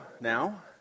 now